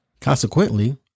Consequently